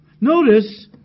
Notice